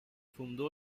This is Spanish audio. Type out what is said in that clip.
fundó